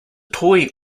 toy